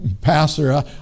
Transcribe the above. Pastor